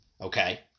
okay